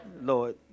Lord